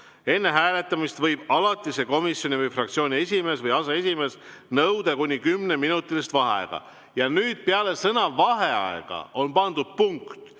"Enne hääletamist võib alatise komisjoni või fraktsiooni esimees või aseesimees nõuda kuni 10-minutist vaheaega." Ja nüüd, peale sõna "vaheaega" on pandud punkt.